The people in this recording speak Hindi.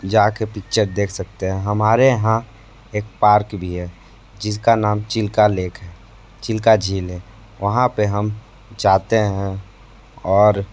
जाकर पिक्चर देख सकते हैं हमारे यहाँ एक पार्क भी है जिसका नाम चिल्का लेक है चिल्का झील है वहाँ पर हम जाते हैं और